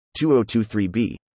2023B